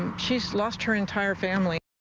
she's lost her entire family.